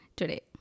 today